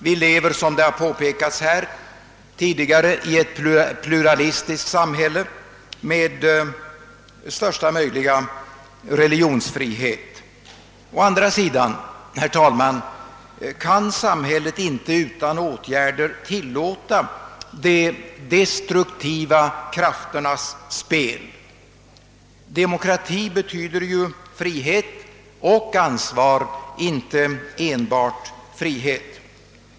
Vi lever, som här tidigare har påpekats, i ett pluralistiskt samhälle med största möjliga religionsfrihet. Å andra sidan kan, herr talman, samhället inte utan åtgärder tillåta de destruktiva krafternas spel. Demokrati betyder ju frihet och ansvar, icke enbart frihet.